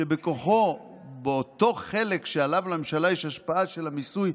אותו חלק שעליו לממשלה יש השפעה על המיסוי,